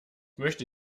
möchte